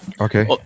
Okay